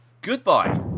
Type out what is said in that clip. Goodbye